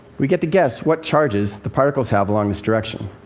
we get to guess what charges the particles have along this direction,